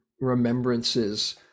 remembrances